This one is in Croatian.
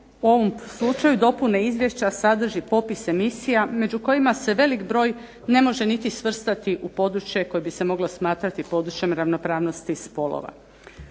u ovom slučaju dopune Izvješća sadrži popis emisija među kojima se velik broj ne može niti svrstati u područje koje bi se moglo smatrati područjem ravnopravnosti spolova.